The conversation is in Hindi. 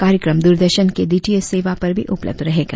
कार्यक्रम द्ररदर्शन के डीटीएच सेवा पर भी उपलब्ध रहेगा